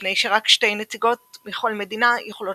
מפני שרק שתי נציגות מכל מדינה יכולות